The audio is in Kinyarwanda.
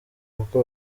kuko